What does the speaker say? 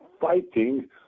fighting